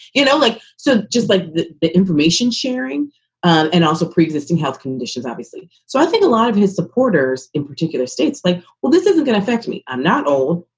you know, like so just like the information sharing and also pre-existing health conditions, obviously. so i think a lot of his supporters in particular states like, well, this isn't gonna affect me. i'm not old.